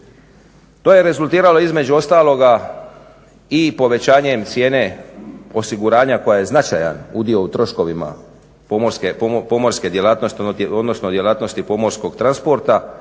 To je rezultiralo između ostaloga i povećanjem cijene osiguranja koja je značajan udio u troškovima pomorske djelatnosti, odnosno djelatnosti pomorskog transporta,